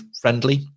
friendly